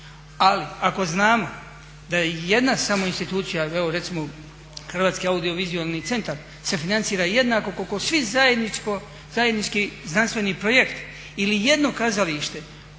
ali ako znamo da jedna samo institucija evo recimo Hrvatski audiovizualni centar se financira jednako koliko svi zajednički znanstveni projekti ili jedno kazalište,